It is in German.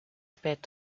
spät